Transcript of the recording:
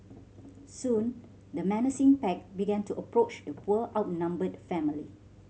soon the menacing pack began to approach the poor outnumbered family